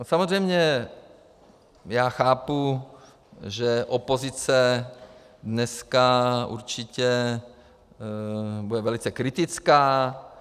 Samozřejmě chápu, že opozice dneska určitě bude velice kritická.